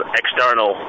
external